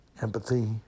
empathy